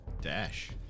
Dash